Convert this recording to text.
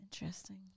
interesting